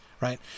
right